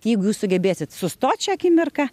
jeigu jūs sugebėsit sustot šią akimirką